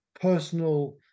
personal